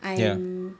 I'm